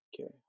Okay